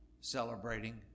celebrating